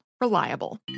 reliable